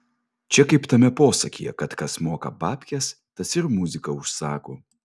čia kaip tame posakyje kad kas moka babkes tas ir muziką užsako